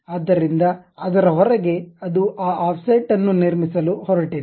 ಆದ್ದರಿಂದ ಅದರ ಹೊರಗೆ ಅದು ಆ ಆಫ್ಸೆಟ್ ಅನ್ನು ನಿರ್ಮಿಸಲು ಹೊರಟಿದೆ